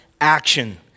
action